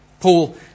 Paul